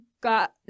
got